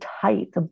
tight